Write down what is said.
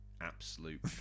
absolute